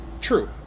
True